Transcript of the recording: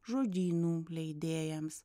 žodynų leidėjams